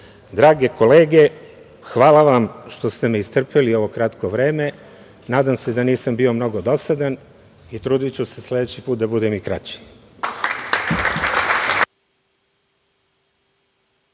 kolege, hvala vam što ste me istrpeli ovo kratko vreme. Nadam se da nisam bio mnogo dosadan i trudiću se sledeći put da budem i kraći.